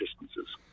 distances